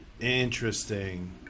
Interesting